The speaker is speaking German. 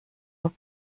uhr